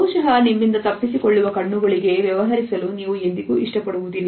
ಬಹುಶಹ ನಿಮ್ಮಿಂದ ತಪ್ಪಿಸಿಕೊಳ್ಳುವ ಕಣ್ಣುಗಳೊಂದಿಗೆ ವ್ಯವಹರಿಸಲು ನೀವು ಎಂದಿಗೂ ಇಷ್ಟಪಡುವುದಿಲ್ಲ